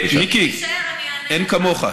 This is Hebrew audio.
מיקי, אין כמוך.